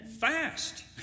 Fast